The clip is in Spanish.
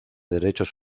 derechos